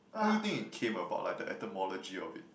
how you think it came about like the etymology of it